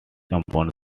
compound